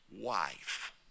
wife